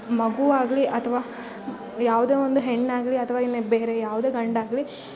ಮಗುವಾಗಲಿ ಅಥ್ವ ಯಾವುದೇ ಒಂದು ಹೆಣ್ಣಾಗಲಿ ಅಥ್ವ ಇನ್ನ ಬೇರೆ ಯಾವುದೇ ಗಂಡಾಗಲಿ